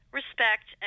respect